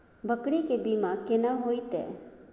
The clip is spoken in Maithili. बकरी के बीमा केना होइते?